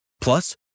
Plus